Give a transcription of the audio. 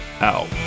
out